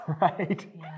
right